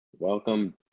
Welcome